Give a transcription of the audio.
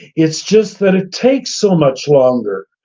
it's just that it takes so much longer.